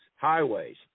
highways